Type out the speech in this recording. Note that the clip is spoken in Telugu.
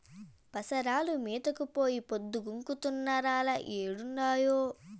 పసరాలు మేతకు పోయి పొద్దు గుంకుతున్నా రాలే ఏడుండాయో